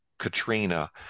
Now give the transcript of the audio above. Katrina